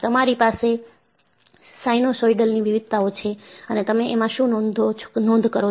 તમારી પાસે સિનુસોઇડલની વિવિધતાઓ છે અને તમે એમાં શું નોંધ કરો છો